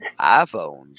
iPhones